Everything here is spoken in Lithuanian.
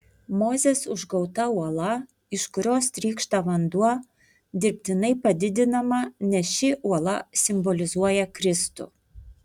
mozės užgauta uola iš kurios trykšta vanduo dirbtinai padidinama nes ši uola simbolizuoja kristų